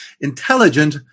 intelligent